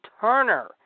Turner